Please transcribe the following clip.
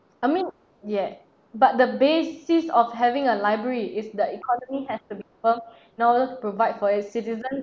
I mean yeah but the basis of having a library is the economy has to be firm you know provide for your citizen